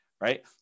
Right